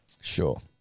Sure